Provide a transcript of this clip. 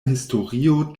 historio